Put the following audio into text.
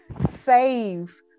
save